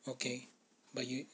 okay but you